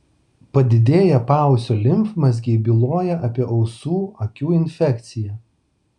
padidėję paausio limfmazgiai byloja apie ausų akių infekciją